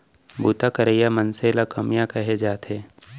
बूता करइया मनसे ल कमियां कहे जाथे